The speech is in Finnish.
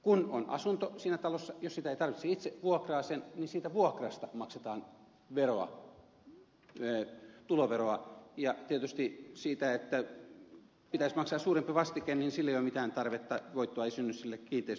kun on asunto siinä talossa jos sitä ei tarvitse itse vuokraa sen ja siitä vuokrasta maksetaan veroa tuloveroa ja tietysti sille että pitäisi maksaa suurempi vastike ei ole mitään tarvetta koska voittoa ei synny sille kiinteistöosakeyhtiölle